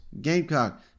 Gamecock